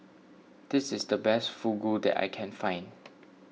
this is the best Fugu that I can find